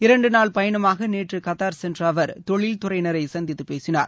இரண்டு நாள் பயணமாக நேற்று கத்தார் சென்ற அவர் தொழில்துறையினரை சந்தித்து பேசினார்